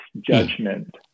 judgment